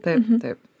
taip taip